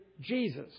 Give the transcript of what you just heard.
Jesus